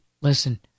Listen